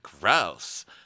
gross